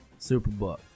Superbook